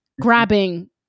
grabbing